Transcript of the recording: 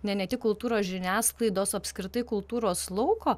ne ne tik kultūros žiniasklaidos o apskritai kultūros lauko